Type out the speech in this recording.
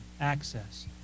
access